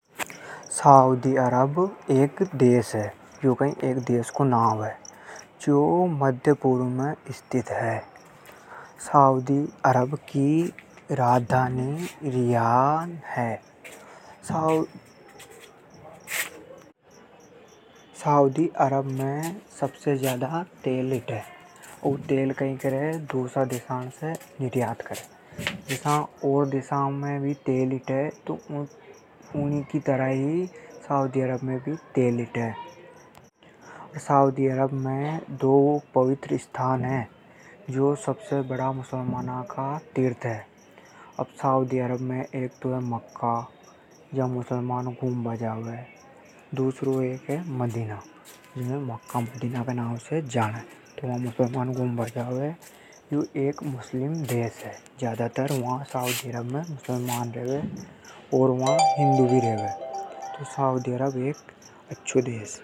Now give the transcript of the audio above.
सऊदी अरब एक देश है। जो मध्य पूर्व में स्थित है। सऊदी अरब की राजधानी रियान हैं। सऊदी अरब में सबसे ज्यादा तेल हिटे। तो ऊ तेल हे दूसरा देशा ने निर्यात करे। सऊदी अरब में दो पवित्र स्थान है, जो मुसलमानों का सबसे बड़ा तीर्थ है। एक तो हे मक्का अर दूसरों है मदीना। जिमें वे घुमबा जावे। यो एक मुस्लिम देश है। ज्यादातर वा मुसलमान रेवे।